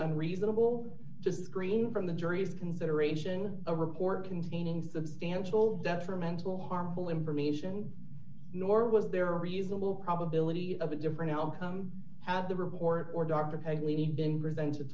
reasonable to screen from the jury's consideration a report containing substantial detrimental harmful information nor was there a reasonable probability of a different outcome had the report or dr pigg leading been presented